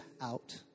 out